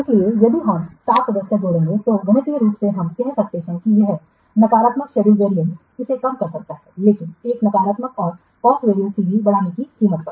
इसलिए यदि हम एक स्टाफ सदस्य जोड़ेंगे तो गणितीय रूप से हम कह सकते हैं कि यह नकारात्मक शेड्यूल वैरियेंस इसे कम कर सकता है लेकिन एक नकारात्मक और कॉस्ट वैरियेंस सीवी बढ़ाने की कीमत पर